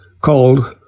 called